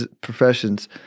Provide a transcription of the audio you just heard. professions